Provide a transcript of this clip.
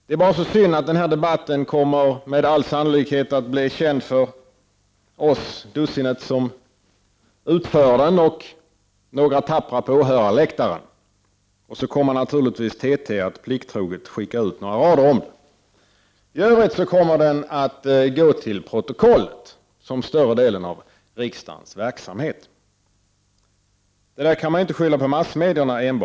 Det är bara så synd att den här debatten med all sannolikhet kommer att bli känd bara för oss dussinet som deltar i den och några tappra på åhörarläktaren, och så kommer naturligtvis TT att plikttroget skicka ut några rader om den. I övrigt kommer den att gå till protokollet, som större delen av riksdagens verksamhet. Detta kan man inte enbart skylla på massmedia.